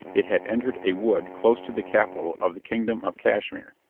it had entered a wood close to the capital of the kingdom of cashmere.